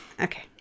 Okay